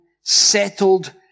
settled